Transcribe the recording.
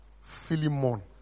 Philemon